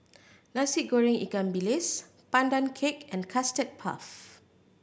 Nasi Goreng ikan bilis Pandan Cake and Custard Puff